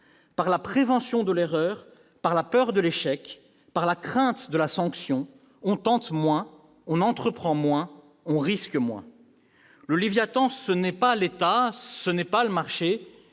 par prévention de l'erreur, par peur de l'échec, par crainte de la sanction, on tente moins, on entreprend moins, on risque moins. Le Léviathan, ce n'est pas l'État, ce n'est pas le marché,